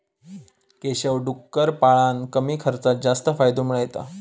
केशव डुक्कर पाळान कमी खर्चात जास्त फायदो मिळयता